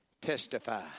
testify